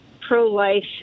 pro-life